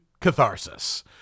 catharsis